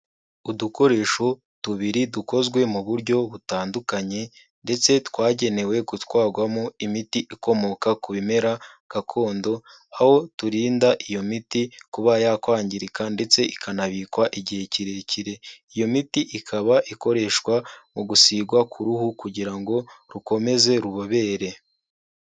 Udukoresho tubiri dukozwe mu buryo butandukanye ndetse twagenewe gutwarwamo imiti ikomoka ku bimera gakondo, aho turinda iyo miti kuba yakwangirika ndetse ikanabikwa igihe kirekire, iyo miti ikaba ikoreshwa mu gusigwa ku ruhu kugira ngo rukomeze rubobere.